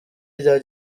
rya